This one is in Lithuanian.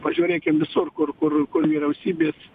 pažiūrėkim visur kur kur vyriausybės